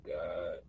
God